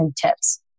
tips